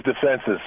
defenses